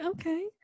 okay